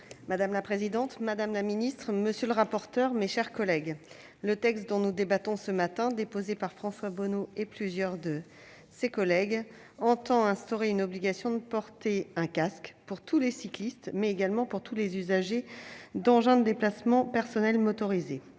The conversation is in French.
Madame la présidente, madame la ministre, mes chers collègues, le texte dont nous débattons ce matin, déposé par François Bonneau et plusieurs de ses collègues, tend à instaurer une obligation de port du casque pour tous les cyclistes, mais également pour tous les usagers d'engins de déplacement personnel motorisés.